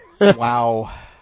Wow